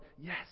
yes